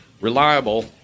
reliable